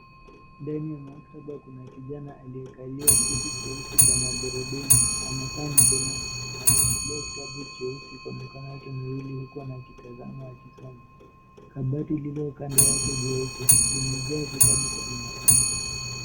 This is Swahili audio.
Ndani ya maktaba kuna kijana aliyekalia kiti cheusi cha magurudumu. Ana saa mkononi. Anashikilia kitabu cheusi kwa mikono yake miwili huku anatazama akisoma. Kabati lililo kando yake jeupe limejaa vitabu kwenye masafu.